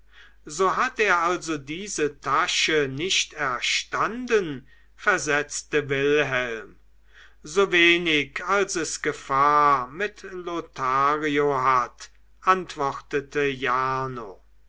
so hat er also diese tasche nicht erstanden versetzte wilhelm so wenig als es gefahr mit lothario hat antwortete jarno